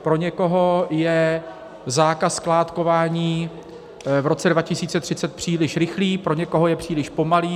Pro někoho je zákaz skládkování v roce 2030 příliš rychlý, pro někoho je příliš pomalý.